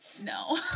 No